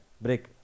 break